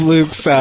Luke's